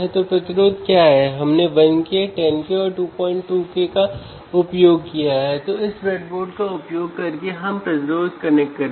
तो यह एक 100k पोटेंशियोमीटर है